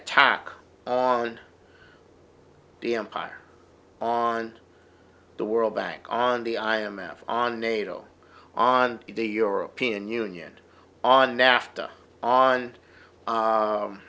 attack on the empire on the world bank on the i m f on nato on the european union on nafta on